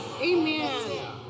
Amen